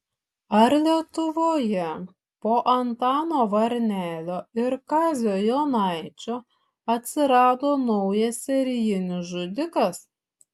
ar lietuvoje po antano varnelio ir kazio jonaičio atsirado naujas serijinis žudikas